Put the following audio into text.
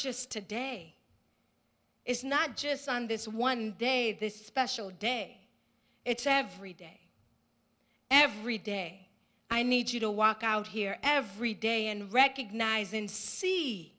just today it's not just on this one day this special day it's every day every day i need you to walk out here every day and recognize in see